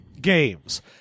Games